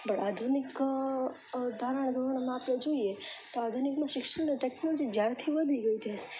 but આધુનિક ધારણધોરણ માટે જોઈએ તો આધુનિકમાં શિક્ષણ અને ટેકનોલોજી જ્યારથી વધી ગઈ છે